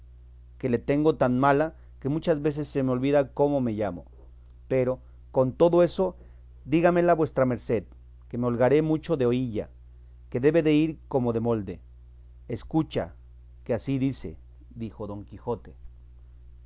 que la tengo tan mala que muchas veces se me olvida cómo me llamo pero con todo eso dígamela vuestra merced que me holgaré mucho de oílla que debe de ir como de molde escucha que así dice dijo don quijote